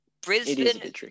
Brisbane